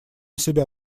себя